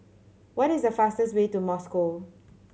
what is the fastest way to Moscow